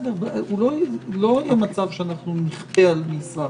לא יהיה מצב שנכפה על משרד,